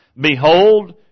Behold